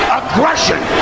aggression